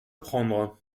prendre